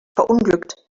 verunglückt